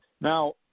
Now